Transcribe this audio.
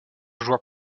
joueur